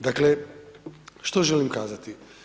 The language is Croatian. Dakle, što želim kazati?